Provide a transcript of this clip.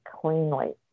cleanly